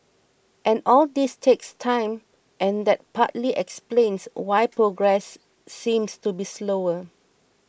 and all this takes time and that partly explains why progress seems to be slower